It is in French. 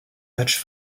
matchs